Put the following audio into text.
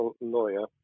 lawyer